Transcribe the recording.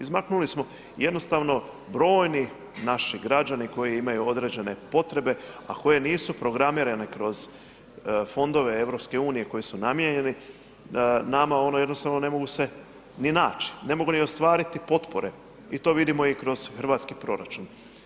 Izmaknuli smo i jednostavno brojni naši građani koji imaju određene potrebe, a koje nisu programirane kroz fondove EU koji su namijenjeni nama jednostavno ne mogu se ni naći, ne mogu ostvariti ni potpore i to vidimo kroz hrvatski proračun.